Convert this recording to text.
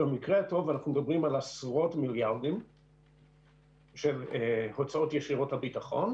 אנחנו מדברים על עשרות מיליארדים הוצאות ישירות לביטחון,